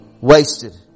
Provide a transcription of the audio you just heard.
wasted